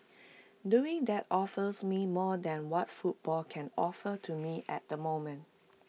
doing that offers me more than what football can offer to me at the moment